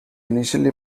initially